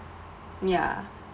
ya